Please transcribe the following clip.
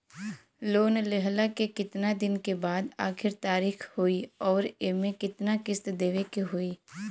Loan लेहला के कितना दिन के बाद आखिर तारीख होई अउर एमे कितना किस्त देवे के होई?